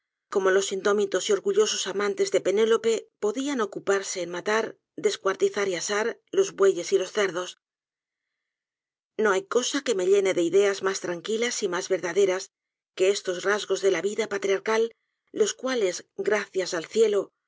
como los indómitos y orgullosos amantes de penélope podian ocuparse en matar descuartizar y asar los bueyes y los cerdos no hay cosa que me llene de ideas mas tranquilas y mas verdaderas que estos rasgos de la vida patriarcal los cuales gracias al cielo